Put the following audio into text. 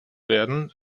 werden